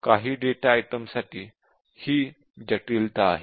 काही डेटा आयटमसाठी ही जटिलता आहे